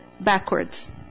backwards